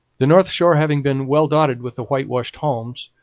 the north shore having been well dotted with the whitewashed homes,